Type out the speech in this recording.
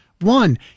One